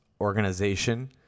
organization